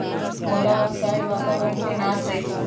मोलॉक्साइड्स वातावरण के नाश देई छइ